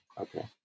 okay